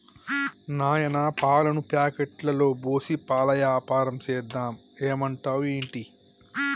నాయనా పాలను ప్యాకెట్లలో పోసి పాల వ్యాపారం సేద్దాం ఏమంటావ్ ఏంటి